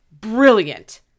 Brilliant